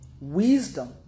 Wisdom